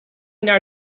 naar